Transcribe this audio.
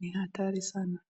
ni hatari sana.